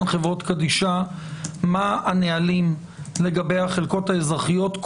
חברות קדישא מה הנהלים לגבי החלקות האזרחיות,